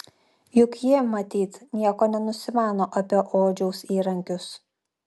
juk ji matyt nieko nenusimano apie odžiaus įrankius